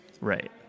Right